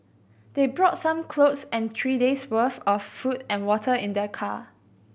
they brought some clothes and three days' worth of food and water in their car